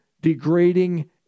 degrading